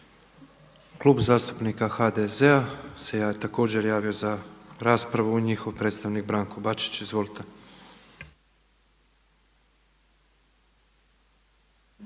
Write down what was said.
Klub zastupnika HDZ-a se također javio za raspravu. Njihov predstavnik Branko Bačić. Izvolite.